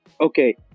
okay